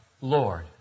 Lord